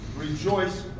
rejoice